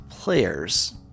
players